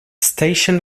station